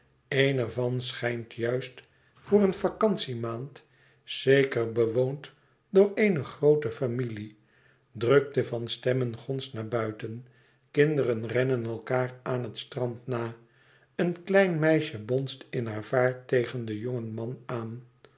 er van schijnt juist voor een vacantie maand zeker bewoond door eene groote familie drukte van stemmen gonst naar buiten kinderen rennen elkaâr aan het strand na een klein meisje bonst in haar vaart tegen den jongen man aan